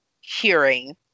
hearing